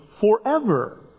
forever